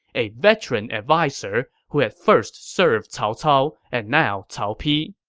a veteran adviser who had first served cao cao and now cao pi.